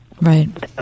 Right